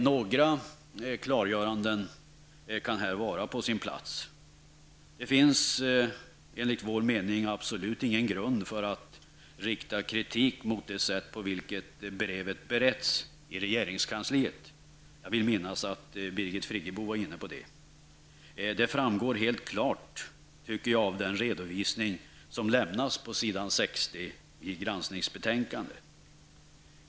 Några klargöranden kan vara på sin plats. Det finns enligt vår mening absolut ingen grund för att rikta kritik mot det sätt på vilket brevet beretts i regeringskansliet. Jag vill minnas att Birgit Friggebo var inne på den saken. Hur brevet bereddes i regeringskansliet framgår mycket klart av den redovisning som lämnas på s. 60 i granskningsbetänkandet.